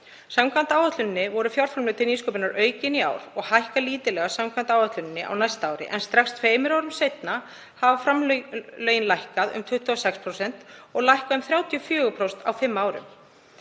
Samkvæmt áætluninni voru fjárframlög til nýsköpunar aukin í ár og hækka lítillega samkvæmt áætluninni á næsta ári en strax tveimur árum síðar hafa framlögin lækkað um 26% og lækka um 34% á fimm árum.